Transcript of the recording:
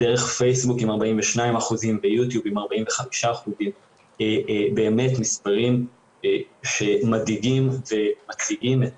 דרך פייסבוק עם 42% ויוטיוב עם 45%. באמת מספרים מדאיגים ומציגים את